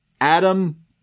Adam